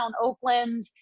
Oakland